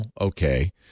okay